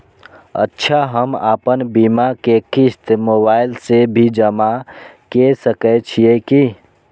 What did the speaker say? अच्छा हम आपन बीमा के क़िस्त मोबाइल से भी जमा के सकै छीयै की?